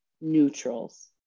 neutrals